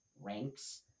ranks